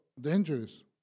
dangerous